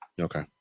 Okay